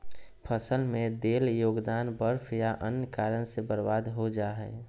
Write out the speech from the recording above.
फसल में देल योगदान बर्फ या अन्य कारन से बर्बाद हो जा हइ